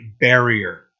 barrier